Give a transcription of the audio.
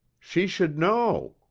she should know,